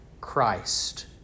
Christ